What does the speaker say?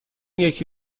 یکی